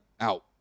out